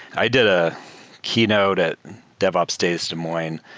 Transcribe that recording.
i did a keynote at devops days de moines,